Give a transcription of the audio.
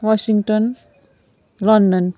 Washington London